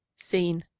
scene,